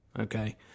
Okay